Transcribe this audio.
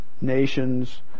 nations